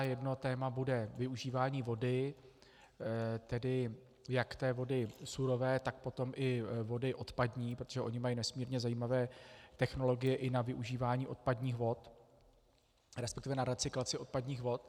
Jedno téma bude využívání vody, tedy jak té vody surové, tak potom i vody odpadní, protože oni mají nesmírně zajímavé technologie i na využívání odpadních vod, respektive na recyklaci odpadních vod.